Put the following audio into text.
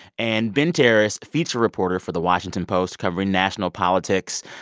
and ben terris, feature reporter for the washington post, covering national politics.